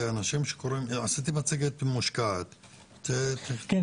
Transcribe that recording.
עשיתם מצגת מושקעת --- כן,